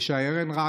הרב ישעיהו ארנרייך,